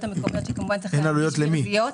המקומיות שכמובן צריכות להציב ברזיות.